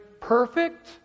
perfect